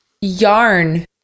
Yarn